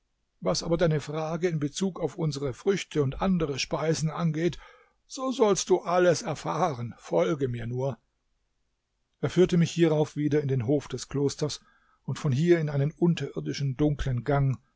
was aber deine frage in bezug auf unsere früchte und andere speisen angeht so sollst du alles erfahren folge mir nur er führte mich hierauf wieder in den hof des klosters und von hier in einen unterirdischen dunklen gang